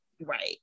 Right